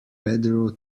pedro